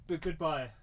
Goodbye